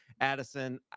Addison